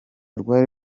rwari